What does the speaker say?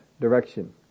direction